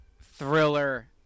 thriller